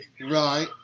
Right